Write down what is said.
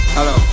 Hello